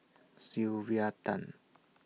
Sylvia Tan